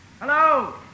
Hello